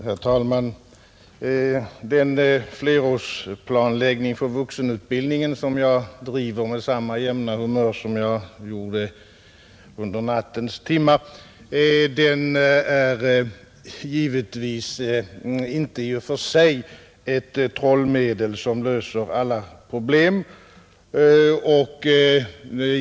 Herr talman! Den flerårsplanläggning för vuxenutbildningen, som jag driver med samma jämna humör som jag gjorde under nattens timmar, är givetvis inte i och för sig ett trollmedel som löser alla problem.